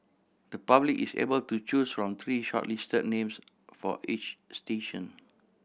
the public is able to choose from three shortlisted names for each station